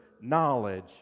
knowledge